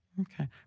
Okay